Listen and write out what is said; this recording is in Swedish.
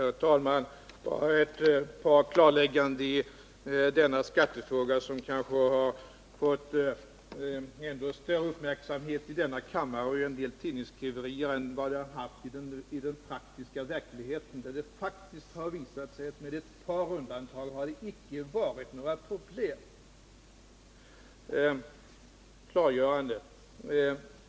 Herr talman! Bara ett par klarlägganden i denna skattefråga, som kanske har getts större betydelse i denna kammare och i en del tidningsskriverier än vad den har haft i verkligheten, där det faktiskt har visat sig att det med ett par undantag icke har varit några problem.